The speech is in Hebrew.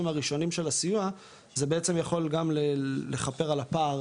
הראשונים של הסיוע זה בעצם יכול גם לכפר על הפער,